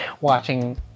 watching